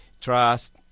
trust